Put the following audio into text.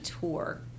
tour